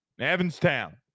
Evanstown